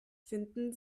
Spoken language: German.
finden